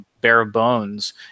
bare-bones